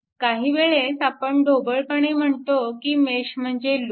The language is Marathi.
काहीवेळेस आपण ढोबळपणे म्हणतो की मेश म्हणजे लूप